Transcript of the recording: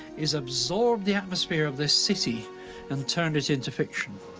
is absorb the atmosphere of this city and turn it into fiction.